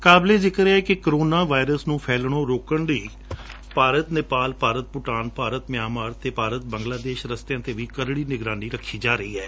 ਕਾਬਲੇ ਜਿਕਰ ਹੈ ਕਿ ਕੋਰੋਨਾ ਵਾਇਰਸ ਨੂੰ ਫੈਲਣੋ ਰੋਕਣ ਲਈ ਭਾਰਤ ਨੇਪਾਲ ਭਾਰਤ ਭੂਟਾਨ ਭਾਰਤ ਮਯਨਮਾਰ ਅਤੇ ਭਾਰਤ ਬੰਗਲਾਦੇਸ਼ ਰਸਤਿਆਂ ਤੇ ਵੀ ਕਰੜੀ ਨਿਗਰਾਨੀ ਰੱਖੀ ਜਾ ਰਹੀ ਹੈ